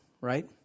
right